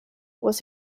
was